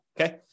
Okay